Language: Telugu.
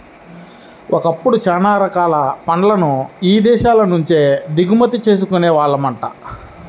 ఒకప్పుడు చానా రకాల పళ్ళను ఇదేశాల నుంచే దిగుమతి చేసుకునే వాళ్ళమంట